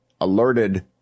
alerted